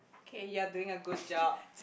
okay you are doing a good job